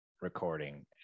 recording